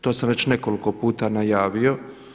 To sam već nekoliko puta najavio.